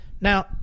Now